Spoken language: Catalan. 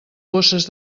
bosses